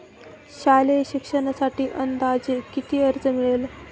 शालेय शिक्षणासाठी अंदाजे किती कर्ज मिळेल?